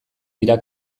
dira